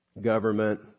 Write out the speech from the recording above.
government